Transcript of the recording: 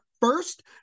first